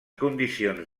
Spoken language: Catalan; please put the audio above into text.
condicions